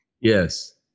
Yes